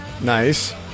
Nice